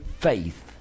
faith